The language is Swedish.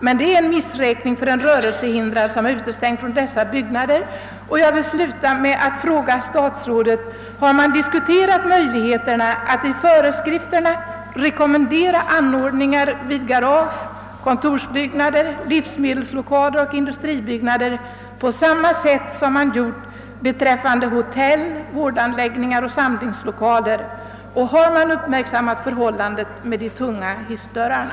Men det är en missräkning för en rörelsehindrad att bli utestängd från sådana lokaler. att i föreskrifterna rekommendera anordningar vid garage, kontorsbyggnader, livsmedelsbutiker och industribyggnader på samma sätt som man gjort beträffande hotell, vårdanläggningar, skolor och samlingslokaler? Och har man uppmärksammat förhållandet med de tunga hissdörrarna?